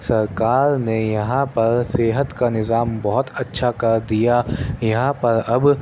سرکار نے یہاں پر صحت کا نظام بہت اچھا کردیا یہاں پر اب